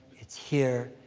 it's here.